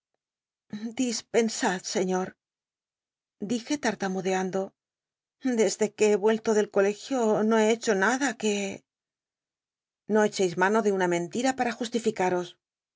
dispensad señor dije tartamudeando desde que he ruello del colegio no he hecho nada c uc lo cchcis mano de una mentira para justificaros